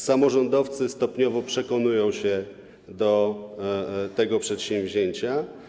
Samorządowcy stopniowo przekonują się do tego przedsięwzięcia.